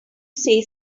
say